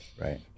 Right